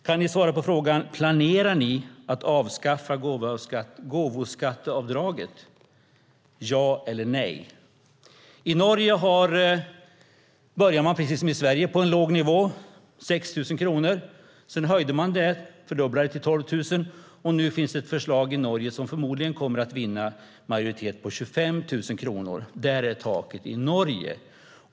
Kan ni svara på frågan: Planerar ni att avskaffa gåvoskatteavdraget? Ja eller nej! I Norge började man precis som i Sverige på en låg nivå, 6 000 kronor, sedan höjde man och fördubblade till 12 000 kronor, och nu finns det ett förslag i Norge på 25 000 kronor som förmodligen kommer att majoritet. Där är taket i Norge.